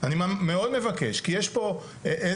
אני מאוד מבקש כי יש פה,